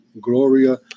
Gloria